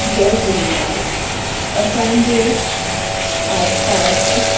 जय झूलेलाल असांजे आसिपासि